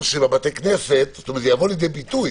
זה יבוא לידי ביטוי,